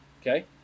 Okay